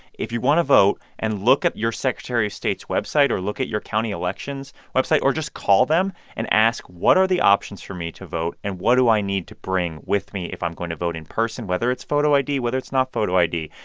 if you want to vote, and look at your secretary of state's website or look at your county election's website or just call them and ask, what are the options for me to vote, and what do i need to bring with me if i'm going to vote in person, whether it's photo id, whether it's not photo id?